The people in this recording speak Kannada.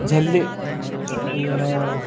ಜಲ್ದಿ ಏನು